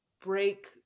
break